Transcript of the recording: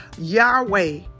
Yahweh